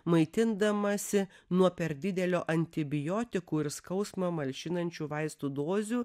maitindamasi nuo per didelio antibiotikų ir skausmą malšinančių vaistų dozių